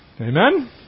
Amen